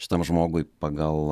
šitam žmogui pagal